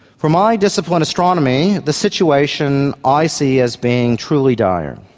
for my discipline, astronomy, the situation i see as being truly dire.